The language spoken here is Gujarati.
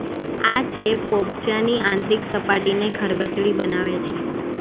આ ચેપ પોપચાંની આંતરિક સપાટીને ખરબચડી બનાવે છે